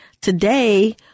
Today